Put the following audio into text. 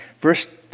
Verse